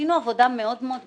עשינו עבודה מאוד-מאוד גדולה,